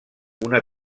una